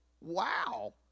Wow